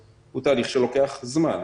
הוא תהליך שלוקח זמן.